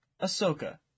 Ahsoka